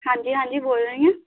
ਹਾਂਜੀ ਹਾਂਜੀ ਬੋਲ ਰਹੀ ਹਾਂ